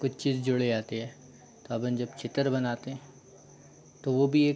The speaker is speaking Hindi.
कुछ चीज़ जुड़ जाती है तो अपन जब चित्र बनाते हैं तो वो भी एक